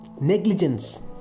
Negligence